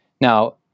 Now